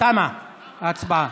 תמה ההצבעה.